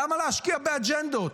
למה להשקיע באג'נדות?